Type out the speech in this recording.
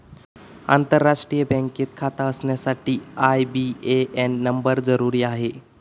आंतरराष्ट्रीय बँकेत खाता असण्यासाठी आई.बी.ए.एन नंबर जरुरी आहे